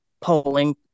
polling